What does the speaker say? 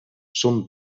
són